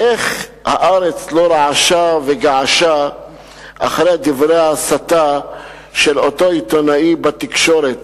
איך הארץ לא רעשה וגעשה אחרי דברי ההסתה של אותו עיתונאי בתקשורת?